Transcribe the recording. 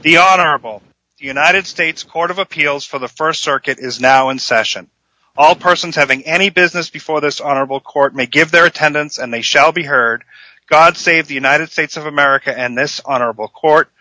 the honorable united states court of appeals for the st circuit is now in session all persons having any business before this honorable court may give their attendance and they shall be heard god say if the united states of america and this honorable court